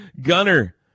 Gunner